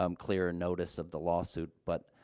um clearer notice of the lawsuit, but,